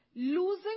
Losing